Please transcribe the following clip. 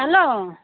hello